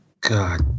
God